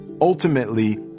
Ultimately